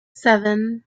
seven